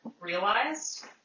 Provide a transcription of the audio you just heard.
realized